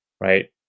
right